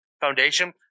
Foundation